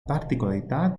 particolarità